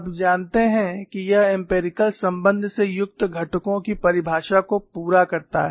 आप जानते हैं कि यह एम्पिरिकल संबंध से युक्त घटकों की परिभाषा को पूरा करता है